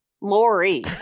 Lori